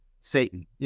Satan